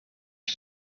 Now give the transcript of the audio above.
you